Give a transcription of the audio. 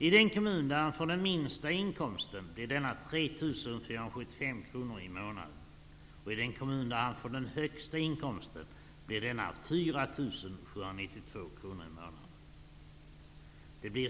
I den kommun där han fick den minsta inkomsten blev denna 3 475 kro nor per månad och i den kommun där han fick den högsta inkomsten blev denna 4 792 kronor per månad.